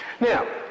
Now